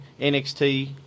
NXT